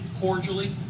cordially